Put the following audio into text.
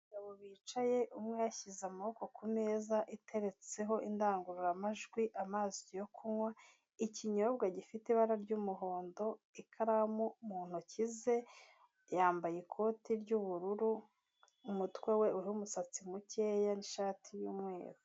Umugabo wicaye umwe yashyize amaboko kumeza iteretseho indangururamajwi, amazi yo kunywa, ikinyobwa gifite ibara ry'umuhondo, ikaramu mu ntoki ze, yambaye ikote ry'ubururu, umutwe we uriho umusatsi mukeya n'ishati y'umweru.